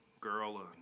girl